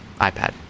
iPad